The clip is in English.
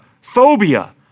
phobia